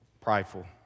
prideful